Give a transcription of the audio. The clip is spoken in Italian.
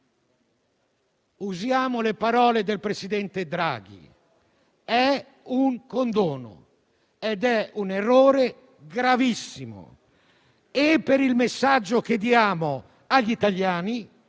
Usiamo le parole del presidente Draghi: è un condono ed è un errore gravissimo per il messaggio che diamo agli italiani,